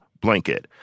blanket—